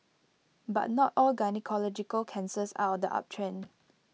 but not all gynaecological cancers are on the uptrend